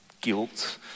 guilt